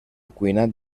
cuinat